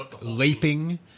leaping